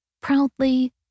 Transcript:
Proudly